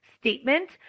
statement